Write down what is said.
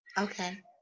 Okay